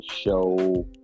show